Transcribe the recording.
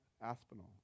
aspinall